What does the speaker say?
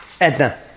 Edna